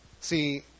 See